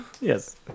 Yes